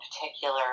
particular